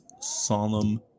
solemn